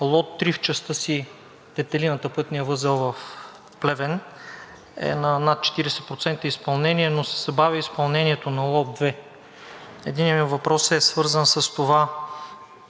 лот 3 в частта си „Детелината“, пътният възел в Плевен е на над 40% изпълнение, но се забавя изпълнението на лот 2. Единият ми въпрос е свързан с това